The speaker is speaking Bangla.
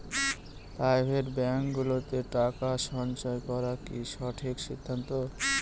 প্রাইভেট ব্যাঙ্কগুলোতে টাকা সঞ্চয় করা কি সঠিক সিদ্ধান্ত?